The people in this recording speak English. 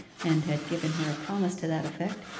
and had given her a promise to that effect,